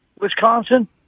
Wisconsin